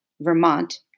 Vermont